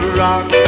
rock